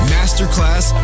Masterclass